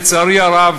לצערי הרב,